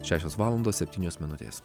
šešios valandos septynios minutės